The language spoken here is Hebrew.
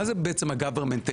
מה זה ה- Government takeהזה?